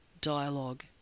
dialogue